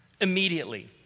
immediately